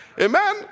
Amen